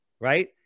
right